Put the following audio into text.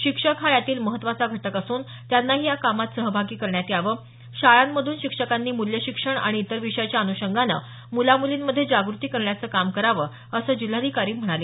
शिक्षक हा यातील महत्वाचा घटक असून त्यांनाही या कामात सहभागी करण्यात यावं शाळांमधून शिक्षकांनी मूल्य शिक्षण आणि इतर विषयाच्या अन्षंगानं मूला मूलीमध्ये जागृती करण्याचं काम करावं असं जिल्हाधिकारी म्हणाले